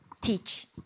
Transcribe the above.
teach